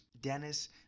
Dennis